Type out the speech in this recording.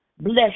Bless